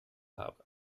habe